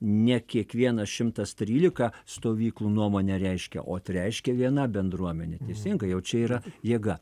ne kiekvienas šimtas trylika stovyklų nuomonę reiškia o tai reiškia viena bendruomenė teisingai jau čia yra jėga